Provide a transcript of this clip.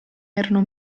erano